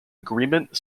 agreement